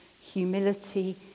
humility